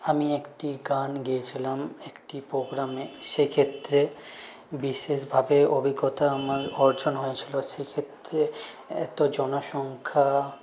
আমি একটি গান গেয়েছিলাম একটি প্রোগ্রামে সে ক্ষেত্রে বিশেষ ভাবে অভিজ্ঞতা আমার অর্জন হয়েছিল সে ক্ষেত্রে এত জনসংখ্যা